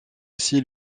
aussi